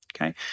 Okay